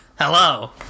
Hello